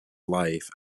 life